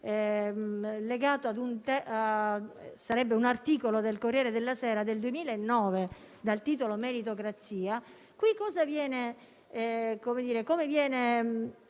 leggendo un articolo del «Corriere della Sera» del 2009, dal titolo «Meritocrazia»;